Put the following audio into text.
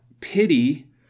pity